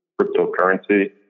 cryptocurrency